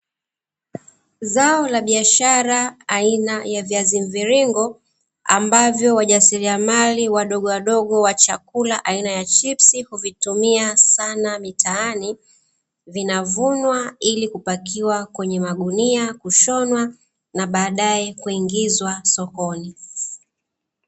Zao la biashara aina ya viazi mviringo, ambavyo wajasiriamali wadogo wadogo wa chakula aina ya chipsi huvitumia sana miataani. Vinavunwa iili kupakiwa kwenye magunia, kushonwa na baadaye kuingizwa sokoni.